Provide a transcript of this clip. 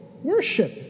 Worship